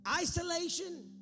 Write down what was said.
Isolation